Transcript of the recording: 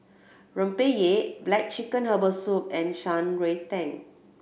Rempeyek black chicken herbal soup and Shan Rui tan